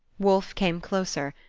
wolfe came closer.